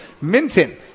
Minton